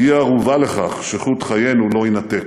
היא ערובה לכך שחוט חיינו לא יינתק.